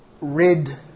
red